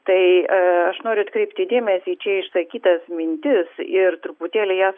tai aš noriu atkreipti dėmesį į čia išsakytas mintis ir truputėlį jas